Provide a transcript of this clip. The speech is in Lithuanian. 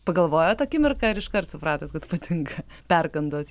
pagalvojot akimirką ir iškart supratot kad patinka perkandot